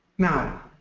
now,